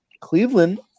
Cleveland